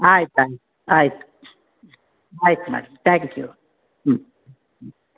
ಆಯ್ತು ಆಯ್ತು ಆಯ್ತು ಆಯ್ತು ಮೇಡಮ್ ತ್ಯಾಂಕ್ ಯು ಹ್ಞೂ ಹ್ಞೂ